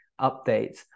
updates